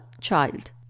child